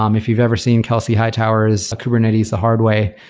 um if you've ever seen kelsey hightower's kubernetes the hard way,